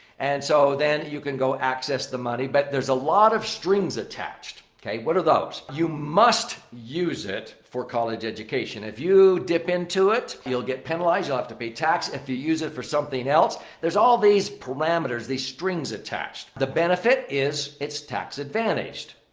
and so, then you can go access the money. but there's a lot of strings attached. okay, what are those? you must use it for college education. if you dip into it, you'll get penalized. you'll have to pay tax, if you use it for something else. there's all these parameters, these strings attached. the benefit is it's tax advantaged.